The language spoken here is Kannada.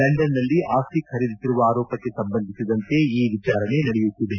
ಲಂಡನ್ ನಲ್ಲಿ ಆಸ್ತಿ ಖರೀದಿಸಿರುವ ಆರೋಪಕ್ಕೆ ಸಂಬಂಧಿಸಿದಂತೆ ಈ ವಿಚಾರಣೆ ನಡೆಯುತ್ತಿದೆ